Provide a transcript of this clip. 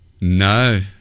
No